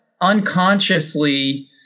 unconsciously